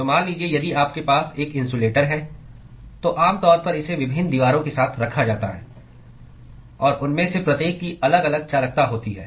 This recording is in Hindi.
तो मान लीजिए यदि आपके पास एक इन्सुलेटर है तो आमतौर पर इसे विभिन्न दीवारों के साथ रखा जाता है और उनमें से प्रत्येक की अलग अलग चालकता होती है